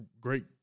great